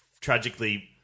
Tragically